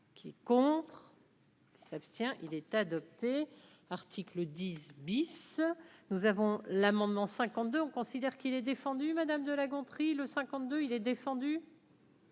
Qui est contre eux. S'abstient, il est adopté, article 10 bis. Nous avons l'amendement 52 on considère qu'il est défendu madame de La Gontrie, le 52 il est défendu.